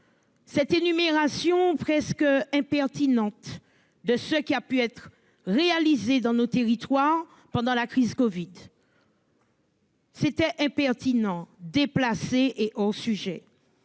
Cette énumération presque impertinente de ce qui a pu être réalisé dans nos territoires pendant la crise Covid. C'était impertinent. Déplacé et au sujet.